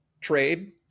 trade